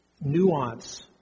nuance